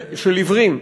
עיוורים.